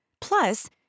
Plus